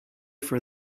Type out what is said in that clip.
for